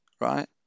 right